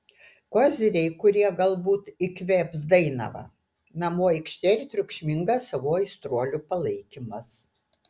koziriai kurie galbūt įkvėps dainavą namų aikštė ir triukšmingas savų aistruolių palaikymas